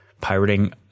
pirating